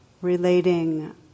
relating